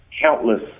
countless